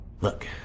Look